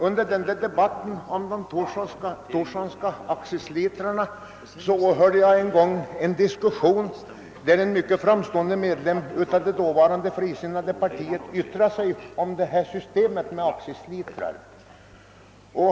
Under debatten om de Thorssonska accislitrarna åhörde jag en diskussion där en mycket framstående medlem av det dåvarande frisinnade partiet yttrade sig om systemet med accislitrar.